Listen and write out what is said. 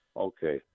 Okay